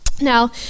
Now